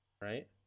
Right